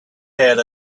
had